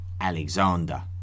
Alexander